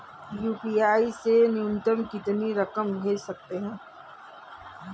UPI से न्यूनतम कितनी रकम भेज सकते हैं?